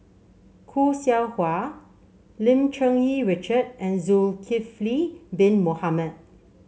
Khoo Seow Hwa Lim Cherng Yih Richard and Zulkifli Bin Mohamed